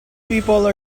people